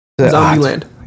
Zombieland